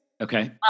Okay